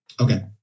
Okay